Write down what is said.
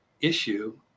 issue